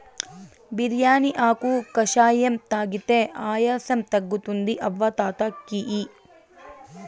బిర్యానీ ఆకు కషాయం తాగితే ఆయాసం తగ్గుతుంది అవ్వ తాత కియి